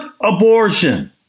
abortion